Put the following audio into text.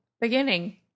beginning